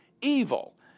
evil